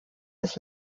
des